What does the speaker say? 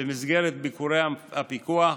במסגרת ביקורי הפיקוח,